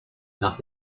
nach